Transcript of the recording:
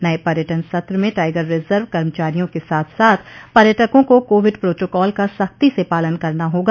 नये पर्यटन सत्र में टाइजर रिजर्व कर्मचारियों के साथ साथ पर्यटकों को कोविड प्रोटोकॉल का सख्ती से पालन करना होगा